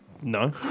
No